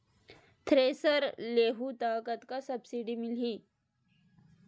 Thresher लेहूं त कतका सब्सिडी मिलही?